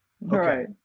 Right